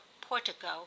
portico